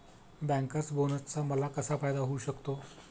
Bankers बोनसचा मला कसा फायदा होऊ शकतो?